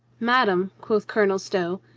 madame, quoth colonel stow,